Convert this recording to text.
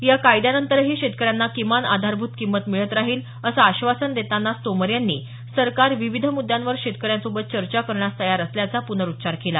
या कायद्यानंतरही शेतकऱ्यांना किमान आधारभूत किंमत मिळत राहील असं आश्वासन देतानाच तोमर यांनी सरकार विविध मुद्यांवर शेतकऱ्यांसोबत चर्चा करण्यास तयार असल्याचा पुनरुच्चार केला